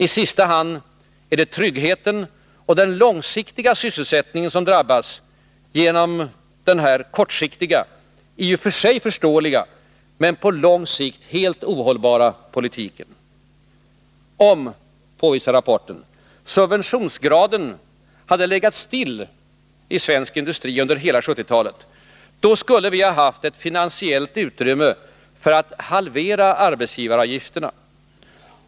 I sista hand är det tryggheten och den långsiktiga sysselsättningen som drabbas till följd av den här kortsiktiga, i och för sig förståeliga, men på lång sikt helt ohållbara politiken. Om, påvisar rapporten, subventionsgraden hade legat stilla under hela 1970-talet, skulle vi ha haft ett finansiellt utrymme för att halvera arbetsgivaravgifterna.